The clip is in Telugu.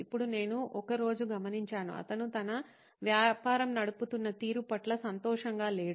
ఇప్పుడు నేను ఒక రోజు గమనించాను అతను తన వ్యాపారం నడుపుతున్న తీరు పట్ల సంతోషంగా లేడు